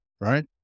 Right